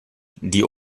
die